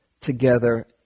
together